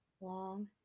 long